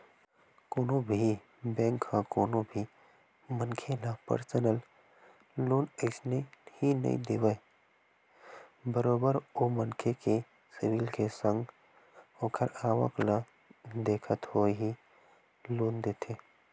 कोनो भी बेंक ह कोनो भी मनखे ल परसनल लोन अइसने ही नइ देवय बरोबर ओ मनखे के सिविल के संग ओखर आवक ल देखत होय ही लोन देथे